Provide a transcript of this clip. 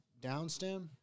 downstem